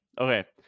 Okay